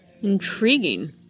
Intriguing